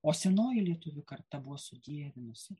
o senoji lietuvių karta buvo sudievinusi